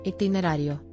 Itinerario